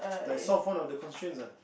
like solve one of the constraints ah